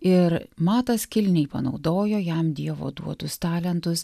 ir matas kilniai panaudojo jam dievo duotus talentus